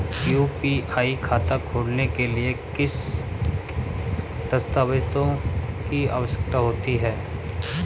UPI खाता खोलने के लिए किन दस्तावेज़ों की आवश्यकता होती है?